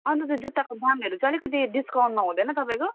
अन्त त्यो जुत्ताको दामहरू चाहिँ अलिकति डिस्काउन्टमा हुँदैन तपाईँको